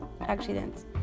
accidents